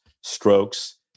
strokes